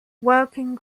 working